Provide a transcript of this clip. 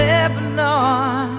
Lebanon